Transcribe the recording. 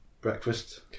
breakfast